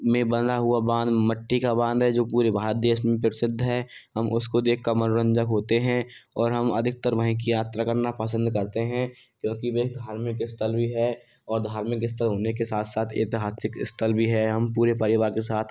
में बंधा हुआ बांध मट्टी का बांध है जो पूरे भारत देश में प्रसिद्ध है हम उसको देख के मनोरंजक होते हैं और हम अधिकतर वहीं की यात्रा करना पसंद करते हैं क्योंकि वह धार्मिक स्थल भी है और धार्मिक स्थल होने के साथ साथ ऐतिहासिक स्थल भी है हम पूरे परिवार के साथ